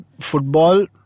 football